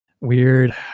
Weird